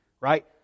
Right